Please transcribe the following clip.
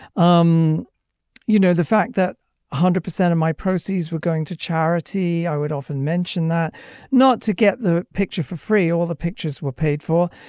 um you know the fact that one hundred percent of my proceeds were going to charity i would often mention that not to get the picture for free or the pictures were paid for.